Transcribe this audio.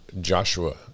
Joshua